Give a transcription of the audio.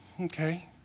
okay